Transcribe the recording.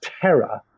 terror